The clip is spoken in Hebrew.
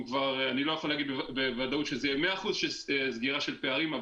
אני לא יכול להגיד בוודאות שזה יהיה 100% סגירה של פערים,